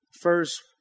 First